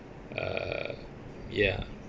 ah ya